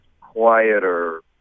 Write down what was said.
quieter